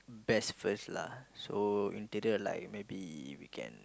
best first lah so interior maybe we can